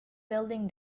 building